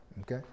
Okay